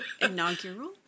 Inaugural